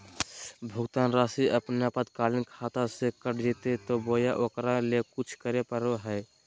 भुक्तान रासि अपने आपातकालीन खाता से कट जैतैय बोया ओकरा ले कुछ करे परो है?